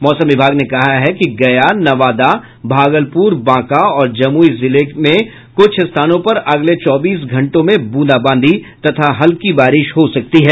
मौसम विभाग ने कहा है कि गया नवादा भागलपुर बांका और जमुई जिले में कुछ स्थानों पर अगले चौबीस घंटों में बूंदाबांदी तथा हल्की बारिश हो सकती है